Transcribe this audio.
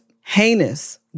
heinous